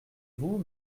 vous